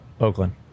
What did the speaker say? Oakland